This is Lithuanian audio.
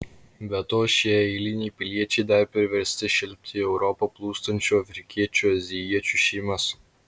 be to šie eiliniai piliečiai dar priversti šelpti į europą plūstančių afrikiečių azijiečių šeimas